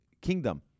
kingdom